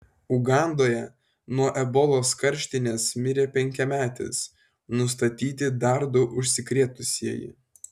ugandoje nuo ebolos karštinės mirė penkiametis nustatyti dar du užsikrėtusieji